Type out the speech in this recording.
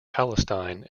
palestine